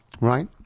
Right